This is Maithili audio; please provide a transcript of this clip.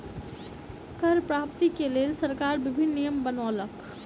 कर प्राप्ति के लेल सरकार विभिन्न नियम बनौलक